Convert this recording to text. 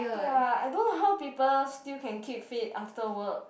ya I don't know how people still can keep fit after work